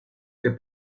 que